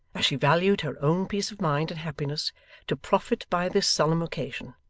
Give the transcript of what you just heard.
as she valued her own peace of mind and happiness to profit by this solemn occasion,